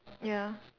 ya